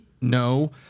no